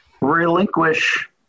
relinquish